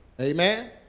Amen